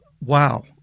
wow